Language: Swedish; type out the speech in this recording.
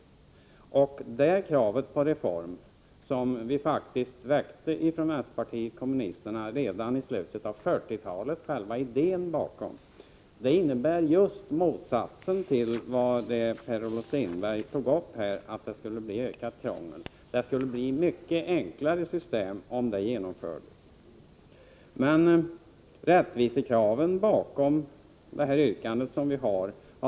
Själva idén bakom den reformen, som vi från vpk faktiskt krävde redan i slutet av 1940-talet, innebär ju motsatsen till vad Per-Olof Strindberg här sade, nämligen att det skulle bli ökat krångel. Det skulle bli ett mycket enklare system om den reformen genomfördes!